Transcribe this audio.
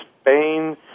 Spain